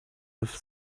have